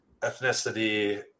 ethnicity